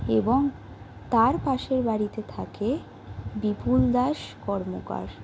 এবং তার পাশের বাড়িতে থাকে বিপুল দাস কর্মকার